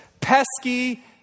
pesky